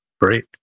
great